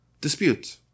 dispute